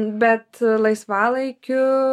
bet laisvalaikiu